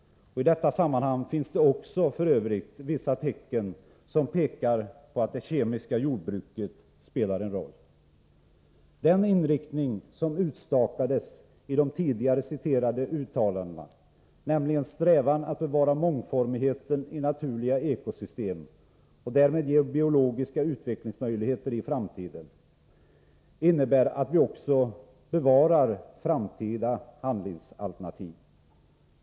I detta sammanhang finns det f. ö. också vissa tecken som pekar på att det kemiska jordbruket spelar en roll. Den inriktning som utstakades i de tidigare nämnda uttalandena, nämligen strävan att bevara mångformigheten i naturliga ekosystem och därmed ge biologiska utvecklingsmöjligheter i framtiden, innebär att vi också bevarar framtida handlingsalternativ.